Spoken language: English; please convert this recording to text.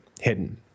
hidden